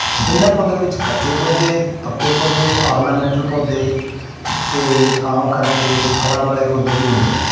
ਇਹਨਾਂ ਪੌਦਿਆਂ ਦੇ ਵਿੱਚ ਕੱਚੇ ਪੌਦੇ ਪੱਕੇ ਪੌਦੇ ਔਰਨਾਮੈਂਟਲ ਪੌਦੇ ਅਤੇ ਆਮ ਕਰਕੇ ਫਲਾਂ ਵਾਲੇ ਪੌਦੇ ਵੀ ਹੁੰਦੇ ਨੇ